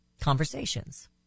Conversations